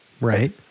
Right